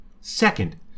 Second